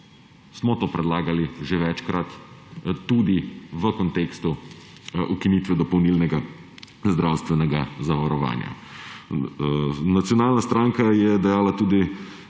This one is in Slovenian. To smo predlagali že večkrat, tudi v kontekstu ukinitve dopolnilnega zdravstvenega zavarovanja. Nacionalna stranka je dejala tudi